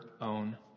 own